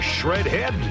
Shredhead